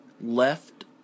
left